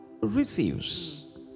receives